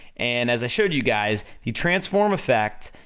and as i showed you guys, the transform effect